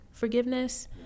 forgiveness